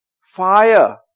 fire